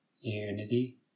Unity